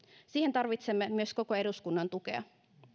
siihen tarvitsemme myös koko eduskunnan tukea